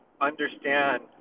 understand